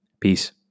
Peace